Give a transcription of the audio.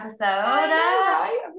episode